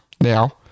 Now